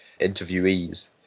interviewees